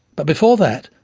but, before that,